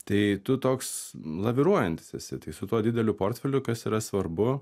tai tu toks laviruojantis esi tai su tuo dideliu portfeliu kas yra svarbu